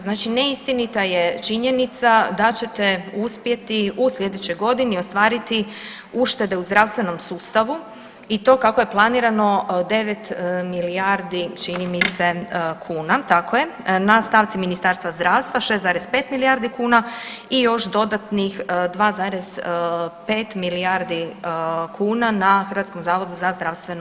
Znači neistinita je činjenica da ćete uspjeti u slijedećoj godini ostvariti uštede u zdravstvenom sustavu i to kako je planirano 9 milijardi čini mi se kuna, tako je, na stavci Ministarstva zdravstva 6,5 milijardi kuna i još dodatnih 2,5 milijardi kuna na HZZO.